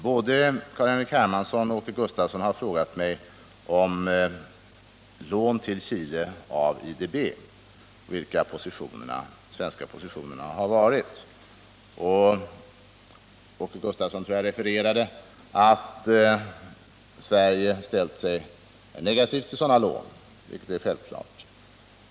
Både Carl-Henrik Hermansson och Åke Gustavsson har frågat mig om lån till Chile av IDB och vilka de svenska positionerna har varit. Åke Gustavsson refererade att Sverige har ställt sig negativt till sådana lån, vilket är självklart.